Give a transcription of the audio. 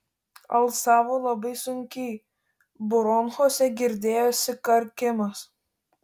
alsavo labai sunkiai bronchuose girdėjosi karkimas